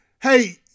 Hey